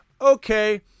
okay